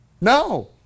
No